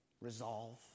resolve